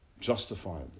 justifiably